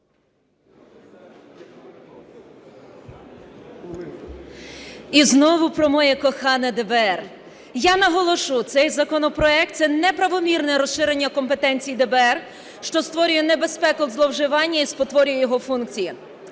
І знову про моє кохане ДБР. Я наголошу, цей законопроект – це неправомірне розширення компетенції ДБР, що створює небезпеку зловживання і спотворює його функції.